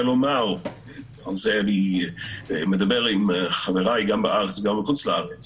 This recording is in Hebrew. לומר ואני מדבר עם חברי גם בארץ וגם בחוץ לארץ